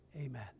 Amen